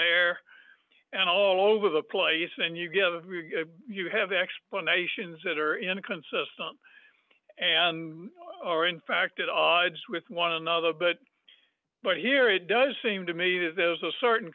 there and all over the place and you give you have explanations that are inconsistent and or in fact at odds with one another but but here it does seem to me that there's a certain